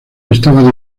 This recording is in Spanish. estaba